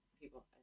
People